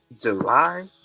July